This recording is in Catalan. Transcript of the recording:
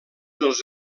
dels